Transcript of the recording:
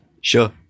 Sure